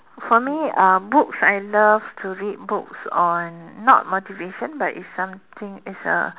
for me uh books I love to read books on not motivation but it's something it's a